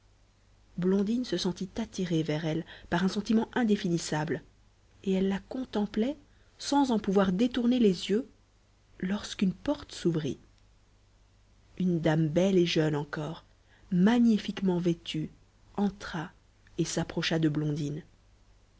blondine se sentit attirée vers elle par un sentiment indéfinissable et elle la contemplait sans en pouvoir détourner les yeux lorsqu'une porte s'ouvrit une dame belle et jeune encore magnifiquement vêtue entra et s'approcha de blondine